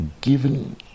given